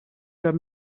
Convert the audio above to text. grab